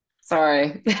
Sorry